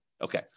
Okay